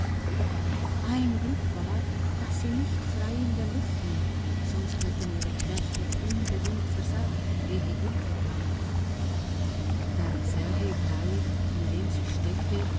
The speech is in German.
ein glück war es daß sie nicht frei in der luft hing sonst hätten ihre kräfte unbedingt versagt ehe hilfe kam der zähe brei in dem sie steckte